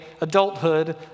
adulthood